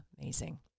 Amazing